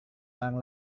orang